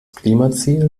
klimaziel